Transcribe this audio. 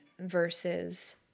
versus